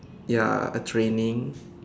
ya a training